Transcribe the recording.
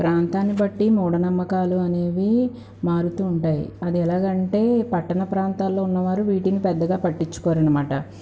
ప్రాంతాన్ని బట్టి మూఢ నమ్మకాలు అనేవి మారుతూ ఉంటాయి అది ఎలాగంటే పట్టణ ప్రాంతాల్లో ఉన్నవారు వీటిని పెద్దగా పట్టించుకోరనమాట